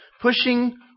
pushing